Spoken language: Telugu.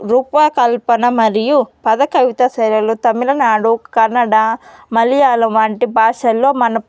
రూప కల్పన మరియు పద కవితా శైలులు తమిళనాడు కన్నడ మలయాళం వంటి భాషల్లో మన